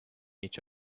each